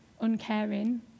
uncaring